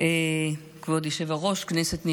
כבוד היושב-ראש, כנסת נכבדה,